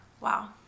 Wow